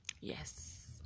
Yes